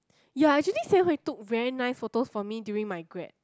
ya actually Sen-Hui took very nice photos for me during my grad